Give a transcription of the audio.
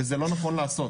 וזה לא נכון לעשות.